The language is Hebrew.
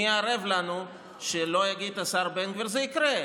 מי ערב לנו שלא יגיד השר בן גביר: זה יקרה,